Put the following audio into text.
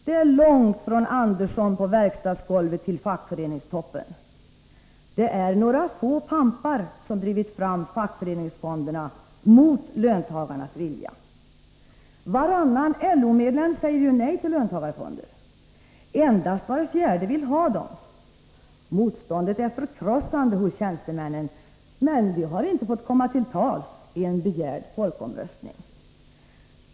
Det är långt från Andersson på verkstadsgolvet till fackföreningstoppen! Det är några få ”pampar” som drivit fram fackföreningsfonderna mot löntagarnas vilja. Varannan LO-medlem säger ju nej till löntagarfonder. Endast var fjärde vill ha dem. Motståndet är förkrossande hos tjänstemännen, men de har inte fått komma till tals i en begärd folkomröstning!